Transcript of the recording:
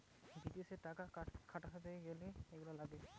বিদেশে টাকা খাটাতে গ্যালে এইগুলা লাগে